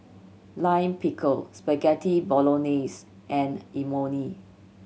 Lime Pickle Spaghetti Bolognese and Imoni